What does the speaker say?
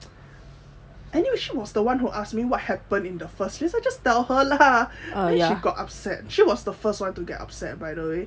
anyway she was the one who asked me what happened in the first place so just tell her lah then she got upset she was the first one to get upset by the away